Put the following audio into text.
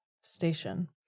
station